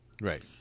Right